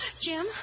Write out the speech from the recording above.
Jim